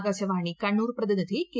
ആകാശവാണി കണ്ണൂർ പ്രതിനിധി കെ